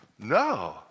No